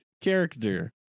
character